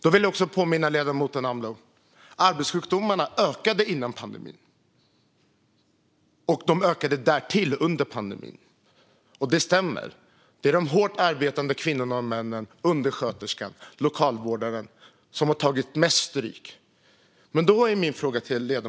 Jag vill också påminna ledamoten Amloh om att arbetssjukdomarna ökade innan pandemin liksom under pandemin. Det stämmer att det är de hårt arbetande kvinnorna och männen - undersköterskan och lokalvårdaren - som har tagit mest stryk.